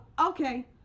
okay